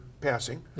passing